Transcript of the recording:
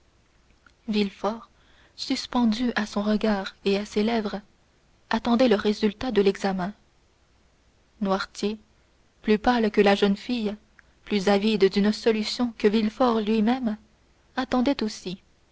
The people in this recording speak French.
suspendu à son regard et à ses lèvres attendait le résultat de l'examen noirtier plus pâle que la jeune fille plus avide d'une solution que villefort lui-même attendait aussi